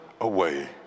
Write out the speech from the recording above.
away